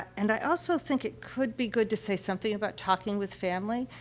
and i also think it could be good to say something about talking with family.